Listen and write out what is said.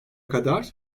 kadar